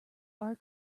our